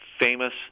famous